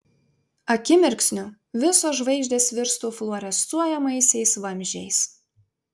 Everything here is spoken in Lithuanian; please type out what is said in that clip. akimirksniu visos žvaigždės virstų fluorescuojamaisiais vamzdžiais